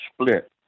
split